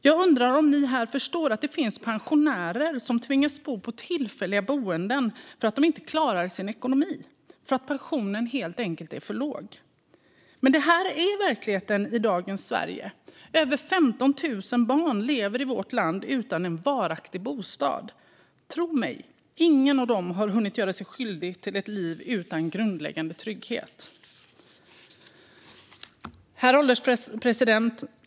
Jag undrar om ni här förstår att det finns pensionärer som tvingas bo på tillfälliga boenden för att de inte klarar sin ekonomi för att pensionen helt enkelt är för låg. Men detta är verkligheten i dagens Sverige. Över 15 000 barn lever i vårt land utan en varaktig bostad. Tro mig, ingen av dem har hunnit göra sig skyldig till ett liv utan grundläggande trygghet. Herr ålderspresident!